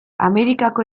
amerikako